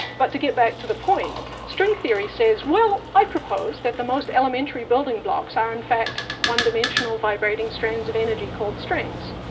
but to get back to the point, string theory says, well, i propose that the most elementary building blocks are in fact one-dimensional vibrating strands of energy called strings.